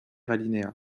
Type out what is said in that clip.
alinéa